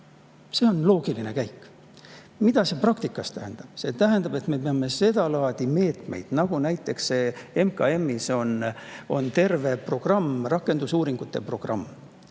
See on loogiline käik. Mida see praktikas tähendab? See tähendab seda laadi meetmeid, nagu näiteks MKM‑is olev terve programm, rakendusuuringute programm,